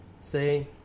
Say